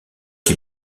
qui